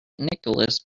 nicholas